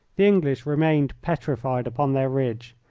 the english remained petrified upon their ridge.